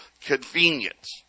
convenience